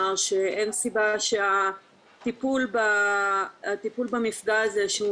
שאין סיבה שהטיפול במפגע הזה,